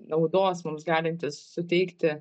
naudos mums galintis suteikti